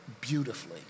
beautifully